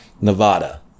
Nevada